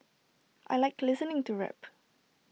I Like listening to rap